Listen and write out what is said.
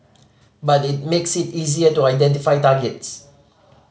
but it makes it easier to identify targets